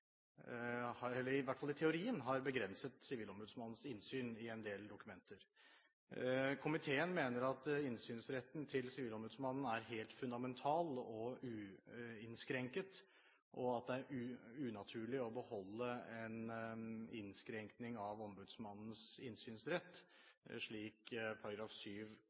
har begrenset sivilombudsmannens innsyn i en del dokumenter. Komiteen mener at innsynsretten til sivilombudsmannen er helt fundamental og uinnskrenket, og at det er unaturlig å beholde en innskrenkning av ombudsmannens innsynsrett slik